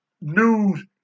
news